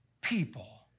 people